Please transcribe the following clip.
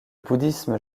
bouddhisme